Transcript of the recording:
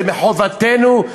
זה מחובתנו,